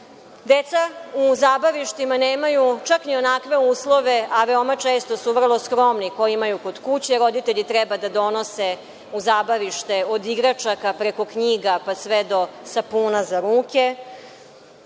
u zabavištima nemaju čak ni onakve uslove, a veoma često su vrlo skromni koji imaju kod kuće. Roditelji treba da donose u zabavište od igračaka, preko knjiga, pa sve do sapuna za ruke.